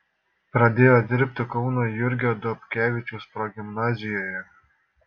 pradėjo dirbti kauno jurgio dobkevičiaus progimnazijoje